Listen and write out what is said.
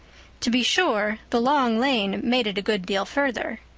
to be sure, the long lane made it a good deal further.